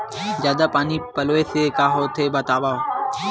जादा पानी पलोय से का होथे बतावव?